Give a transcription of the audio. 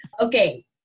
Okay